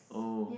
oh